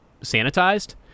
sanitized